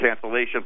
cancellation